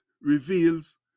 reveals